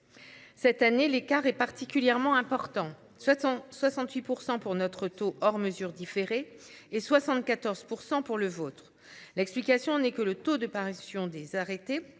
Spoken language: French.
Cette année, l'écart est particulièrement important, ce sont 68% pour notre taux hors mesures différé et 74% pour le vôtre. L'explication n'est que le taux de parution des arrêtés